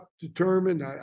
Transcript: determined